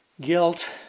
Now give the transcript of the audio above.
guilt